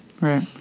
Right